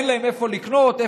אין להם איפה לקנות,